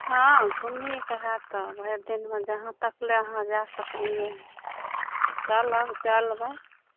हँ खुब नीक होयत तऽ भरि दिनमे जहाँ तकले आहाँ जा सकलियै चलब चलबै